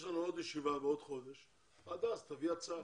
בעוד חודש יש לנו עוד ישיבה ועד אז תביא הצעה.